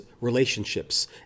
relationships